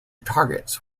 targets